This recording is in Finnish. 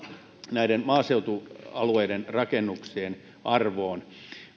näiden maaseutualueiden rakennuksien arvoon